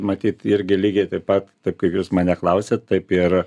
matyt irgi lygiai taip pat taip kaip jūs mane klausiat taip ir